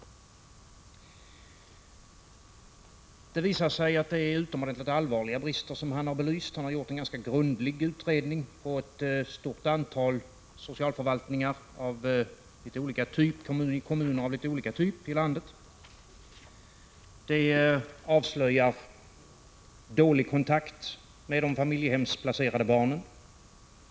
De brister som han har belyst visar sig vara utomordentligt allvarliga. Han har gjort en ganska grundlig utredning, som bygger på ett studium av ett stort antal socialförvaltningar inom kommuner av litet olika typ. Man avslöjar en dålig kontakt med de familjehemsplacerade barnen.